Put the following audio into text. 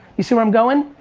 you see where i'm going?